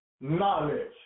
knowledge